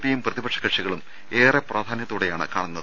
പിയും പ്രതിപക്ഷ കക്ഷികളും ഏറെ പ്രാധാന്യത്തോടെയാണ് കാണുന്നത്